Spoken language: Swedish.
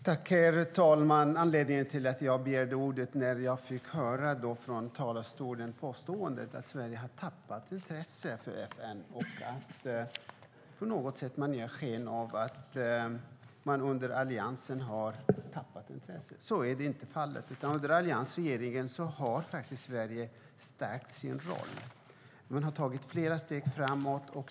Herr talman! Anledningen till att jag begärde ordet var att jag från talarstolen hörde påståendet att Sverige har tappat intresset för FN. Man ger på något sätt sken av att vi under alliansregeringens tid har tappat intresset för FN. Så är inte fallet. Under alliansregeringens tid har Sverige faktiskt stärkt sin roll. Vi har tagit flera steg framåt.